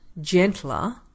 gentler